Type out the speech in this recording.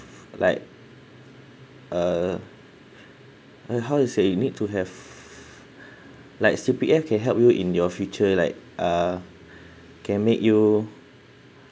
like uh uh how to say you need to have like C_P_F can help you in your future like uh can make you